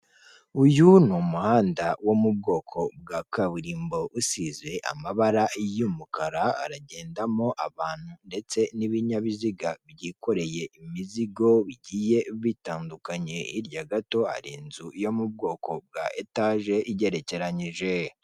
Uyu ni umuhanda wo mu bwoko bwa kaburimbo usize amabara y'umukara aragendamo abantu ndetse n'ibinyabiziga byikoreye imizigo bigiye bitandukanye, hirya gato hari inzu yo mu bwoko bwa etaje igerekeyije.